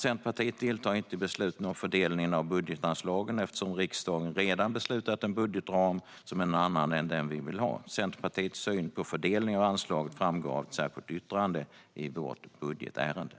Centerpartiet deltar inte i beslutet om fördelningen av budgetanslagen eftersom riksdagen redan har beslutat om en budgetram som är en annan än den vi vill ha. Centerpartiets syn på fördelning av anslaget framgår av ett särskilt yttrande i budgetärendet.